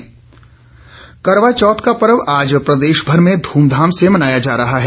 करवा चौथ करवा चौथ का पर्व आज प्रदेशभर में धूमधाम से मनाया जा रहा है